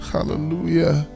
Hallelujah